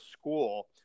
school